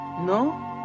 no